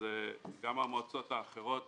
גם המועצות האחרות